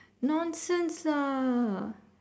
nonsense ah